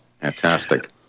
Fantastic